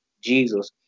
Jesus